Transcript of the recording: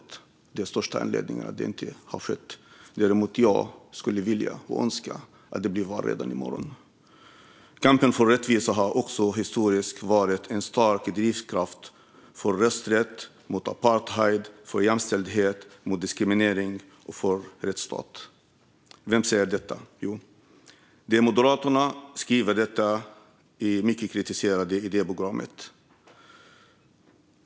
Det är den största anledningen till att val inte har skett. Jag skulle vilja och önskar att det var val redan i morgon. "Kampen för rättvisa har också historiskt varit en stark drivkraft för rösträtt, mot apartheid, för jämställdhet, mot diskriminering och för rättsstat." Vem säger detta? Jo, Moderaterna i sitt mycket kritiserade idéprogram.